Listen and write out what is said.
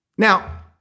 Now